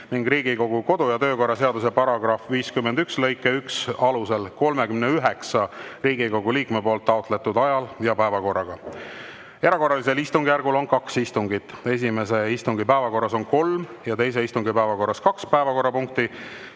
ning Riigikogu kodu‑ ja töökorra seaduse § 51 lõike 1 alusel 39 Riigikogu liikme taotletud ajal ja päevakorraga. Erakorralisel istungjärgul on kaks istungit. Esimese istungi päevakorras on kolm ja teise istungi päevakorras kaks päevakorrapunkti.